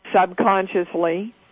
subconsciously